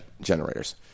generators